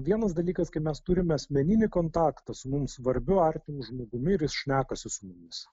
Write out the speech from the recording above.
vienas dalykas kai mes turime asmeninį kontaktą su mums svarbiu artimu žmogumi ir jis šnekasi su mumis